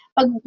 Pag